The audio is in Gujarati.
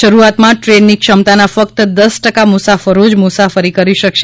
શરૂઆતમાં ટ્રેનની ક્ષમતાના ફક્ત દસ ટકા મુસાફરો જ મુસાફરી કરી શકશે